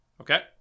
Okay